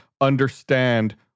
understand